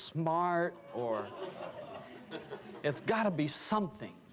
smart or it's gotta be something